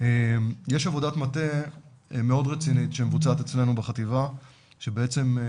יש עבודת מטה מאוד רצינית שמבוצעת אצלנו בחטיבה שמדברת